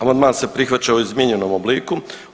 Amandman se prihvaća u izmijenjenom obliku.